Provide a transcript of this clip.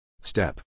Step